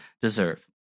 deserve